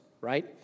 right